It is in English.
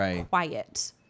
quiet